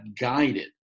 guided